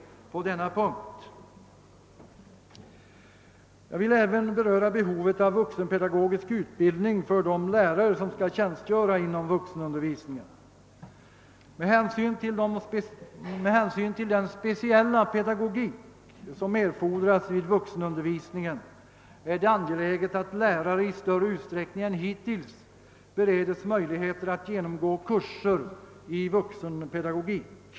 Jag vill även beröra behovet av vuxenpedagogisk utbildning för de lärare som skall tjänstgöra inom vuxenundervisningen. Med hänsyn till den speciella pedagogik som erfordras vid vuxenundervisningen är det angeläget att berörda lärare i större utsträckning än hittills bereds möjlighet att genomgå kurser i vuxenpedagogik.